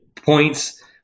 Points